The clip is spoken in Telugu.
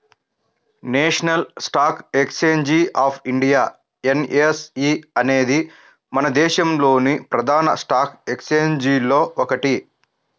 national Stock Exchange of India NSE అనేది మన దేశంలోని ప్రధాన స్టాక్ ఎక్స్చేంజిల్లో ఒకటి